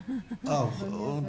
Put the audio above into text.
אותו.